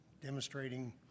demonstrating